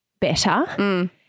better